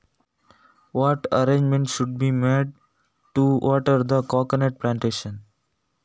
ತೆಂಗಿನ ತೋಟಕ್ಕೆ ನೀರು ಹಾಕಲು ಯಾವ ವ್ಯವಸ್ಥೆಯನ್ನು ಮಾಡಬೇಕಾಗ್ತದೆ?